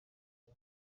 bwa